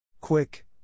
Quick